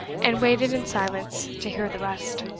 and waited in silence to hear the rest.